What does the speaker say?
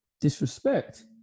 disrespect